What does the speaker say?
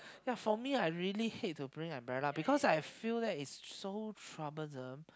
ya for me I really hate to bring umbrella because I feel that is so troublesome